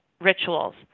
rituals